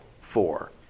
Four